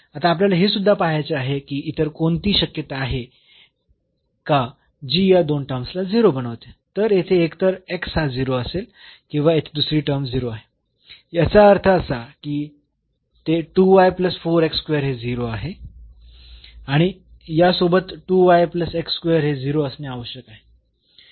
आता आपल्याला हे सुद्धा पहायचे आहे की इतर कोणती शक्यता आहे का जी या दोन टर्म्सला 0 बनवते तर येथे एकतर असेल किंवा येथे दुसरी टर्म 0 आहे याचा अर्थ असा की ते हे 0 आहे आणि यासोबत हे 0 असणे आवश्यक आहे